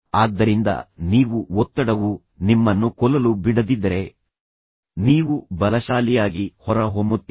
ಆದ್ದರಿಂದ ನೀವು ಒತ್ತಡವು ನಿಮ್ಮನ್ನು ಕೊಲ್ಲಲು ಬಿಡದಿದ್ದರೆ ನೀವು ಬಲಶಾಲಿಯಾಗಿ ಹೊರಹೊಮ್ಮುತ್ತೀರಿ